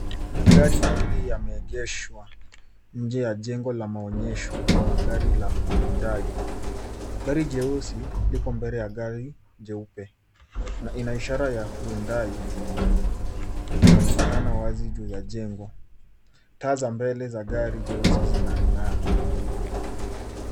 Magari mawili yameegeshwa nje ya jengo la maonyesho ya magari la Hyundai. Gari jeusi liko mbele ya gari jeupe na ina ishara ya Hyundai inaonekana wazi juu ya jengo. Taa za mbele za gari jeusi zinang'aa.